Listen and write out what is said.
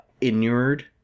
inured